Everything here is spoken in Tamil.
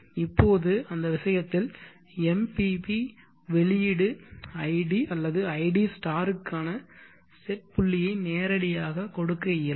இப்போது அந்த விஷயத்தில் MPP வெளியீடு id அல்லது id க்கான செட் புள்ளியை நேரடியாக கொடுக்க இயலும்